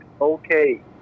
okay